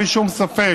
בלי שום ספק,